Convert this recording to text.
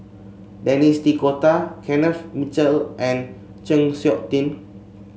Denis D'Cotta Kenneth Mitchell and Chng Seok Tin